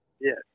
Yes